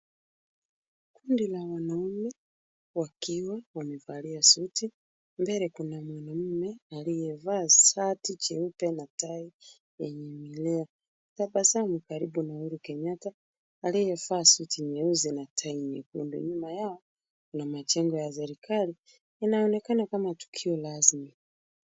Kundi la wanaume wakiwa wamevalia suti. Mbele kuna mwanaume aliyevaa shati jeupe na tai lenye milia, tabasamu karibu na Uhuru Kenyatta aliyevaa suti nyeusi na tai nyekundu. Nyuma yao kuna majengo ya serikali, inaonekana kama tukio rasmi.